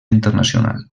internacional